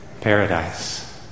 paradise